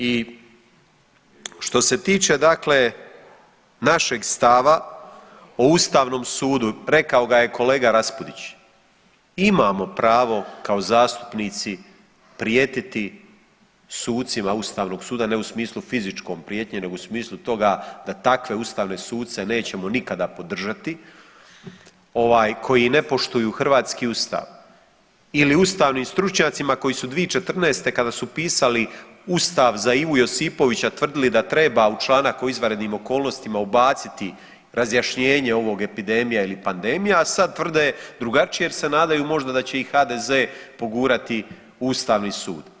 I što se tiče dakle našeg stava o ustavnom sudu, rekao ga je kolega Raspudić, imamo pravo kao zastupnici prijetiti sucima ustavnog suda, ne u smislu fizičkom prijetnjom nego u smislu toga da takve ustavne suce nećemo nikada podržati ovaj koji ne poštuju hrvatski ustav ili ustavnim stručnjacima koji su 2014. kada su pisali ustav za Ivu Josipovića tvrdili da treba u članak o izvanrednim okolnostima ubaciti razjašnjenje ovog epidemija ili pandemija, a sad tvrde drugačije jer se nadaju možda da će i HDZ pogurati ustavni sud.